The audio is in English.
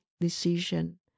decision